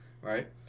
right